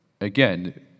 again